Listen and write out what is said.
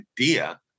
idea